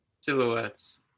Silhouettes